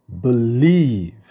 believe